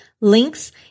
links